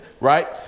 right